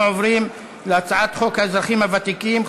אנחנו עוברים להצעת חוק האזרחים הוותיקים (תיקון).